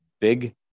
big